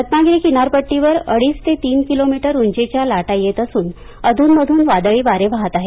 रत्नागिरी किनारपट्टीवर अडीच ते तीन किलोमीटर उंचीच्या लाटा येतअसून अधून मधून वादळी वारे वाहत आहेत